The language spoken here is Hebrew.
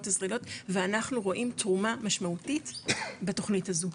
הישראליות ואנחנו רואים תרומה משמעותית בתוכנית הזו.